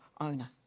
owner